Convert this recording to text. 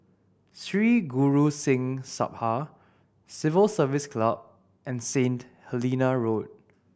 Sri Guru Singh Sabha Civil Service Club and Saint Helena Road